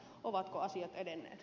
ovatko asiat edenneet